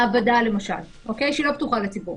מעבדה למשל שלא פתוחה לציבור.